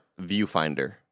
Viewfinder